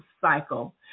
cycle